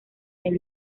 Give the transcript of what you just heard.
del